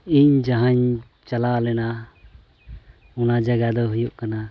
ᱤᱧ ᱡᱟᱦᱟᱸᱧ ᱪᱟᱞᱟᱣ ᱞᱮᱱᱟ ᱚᱱᱟ ᱡᱟᱭᱜᱟ ᱫᱚ ᱦᱩᱭᱩᱜ ᱠᱟᱱᱟ